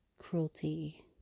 Cruelty